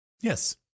Yes